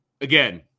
again